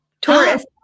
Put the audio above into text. Taurus